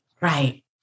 Right